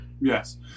Yes